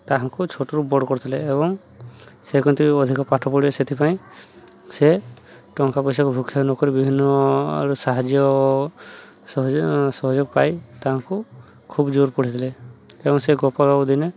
ତାହାଙ୍କୁ ଛୋଟରୁ ବଡ଼ କରିଥିଲେ ଏବଂ ସେ କେମିତି ଅଧିକ ପାଠ ପଢ଼ିବ ସେଥିପାଇଁ ସେ ଟଙ୍କା ପଇସାକୁ ଭୃକ୍ଷେପ ନକରି ବିଭିନ୍ନ ସାହାଯ୍ୟ ସହଯୋଗ ପାଇ ତାହାଙ୍କୁ ଖୁବ୍ ଜୋର ପଢ଼ିଥିଲେ ଏବଂ ସେ ଗୋପଳବାବୁ ଦିନେ